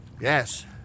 Yes